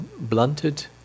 blunted